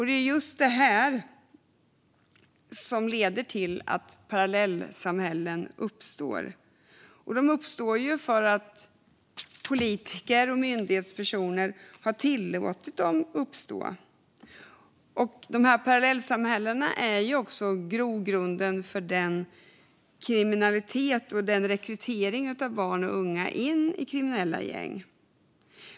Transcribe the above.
Det är just det här som leder till att parallellsamhällen uppstår. De uppstår för att politiker och myndighetspersoner har tillåtit dem att uppstå. Parallellsamhällena är grogrunden för kriminalitet och rekrytering av barn och unga in i kriminella gäng.